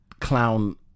clown